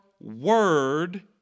word